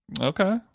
Okay